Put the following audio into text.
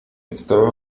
estaba